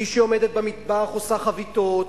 מישהי עומדת במטבח ועושה חביתות,